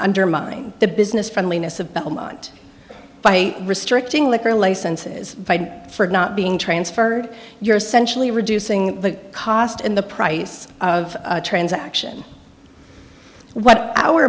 undermining the business friendliness of belmont by restricting liquor licenses for not being transferred you're essentially reducing the cost and the price of a transaction what our